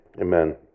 Amen